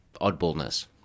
oddballness